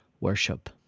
worship